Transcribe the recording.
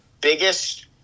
biggest